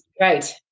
right